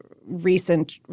recent